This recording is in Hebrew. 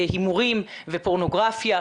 הימורים ופורנוגרפיה.